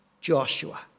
Joshua